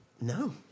No